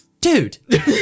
dude